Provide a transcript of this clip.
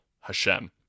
Hashem